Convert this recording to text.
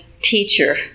teacher